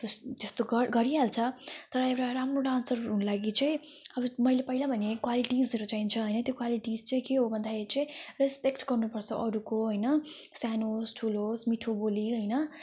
अब जस जस्तो गर गरिहाल्छ तर एउटा राम्रो डान्सर हुनु लागि चाहिँ अब मैले पहिलै भने क्वालिटिजहरू चाहिन्छ है त्यो क्वालिटिज चाहिँ के हो भन्दाखेरि चाहिँ रेस्पेक्ट गर्नु पर्छ अरूको होइन सानो होस् ठुलो होस् मिठो बोली होइन